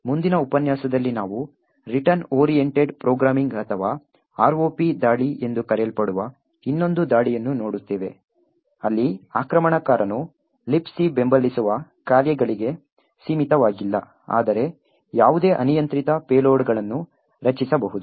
ಮುಂದಿನ ಉಪನ್ಯಾಸದಲ್ಲಿ ನಾವು ರಿಟರ್ನ್ ಓರಿಯೆಂಟೆಡ್ ಪ್ರೋಗ್ರಾಮಿಂಗ್ ಅಥವಾ ROP ದಾಳಿ ಎಂದು ಕರೆಯಲ್ಪಡುವ ಇನ್ನೊಂದು ದಾಳಿಯನ್ನು ನೋಡುತ್ತೇವೆ ಅಲ್ಲಿ ಆಕ್ರಮಣಕಾರನು Libc ಬೆಂಬಲಿಸುವ ಕಾರ್ಯಗಳಿಗೆ ಸೀಮಿತವಾಗಿಲ್ಲ ಆದರೆ ಯಾವುದೇ ಅನಿಯಂತ್ರಿತ ಪೇಲೋಡ್ಗಳನ್ನು ರಚಿಸಬಹುದು